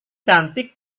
cantik